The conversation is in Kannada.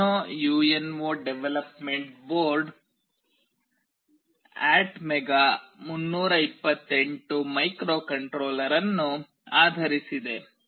Arduino U N O development board ATmega 328 microcontroller ಅನ್ನು ಆಧರಿಸಿದೆ